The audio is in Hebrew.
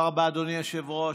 תודה רבה, אדוני היושב-ראש.